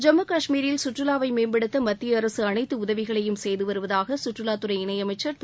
ஜம்மு கஷ்மீரில் சுற்றுலாவை மேம்படுத்த மத்திய அரசு அனைத்து உதவிகளையும் செய்து வருவதாக மத்திய சுற்றுலாத்துறை இணையமைச்சர் திரு